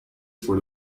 for